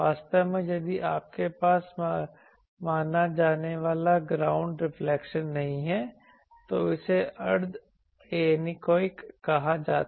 वास्तव में यदि आपके पास माना जाने वाला ग्राउंड रिफ्लेक्शन नहीं है तो इसे अर्ध एनीकोएक कहा जाता है